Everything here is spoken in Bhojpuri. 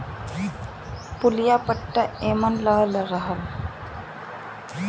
पुलिया पट्टा एमन लगल रहला